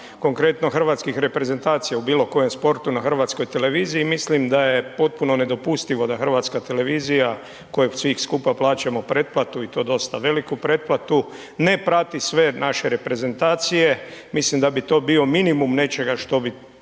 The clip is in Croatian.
konkretno hrvatskih reprezentacija u bilo koje sportu na HRT-u i mislim da je potpuno nedopustivo da HRT kojoj svi skupa plaćamo pretplatu i to dosta veliku preplatu ne prati sve naše reprezentacije. Mislim da bi to bio minimum nečega za što bi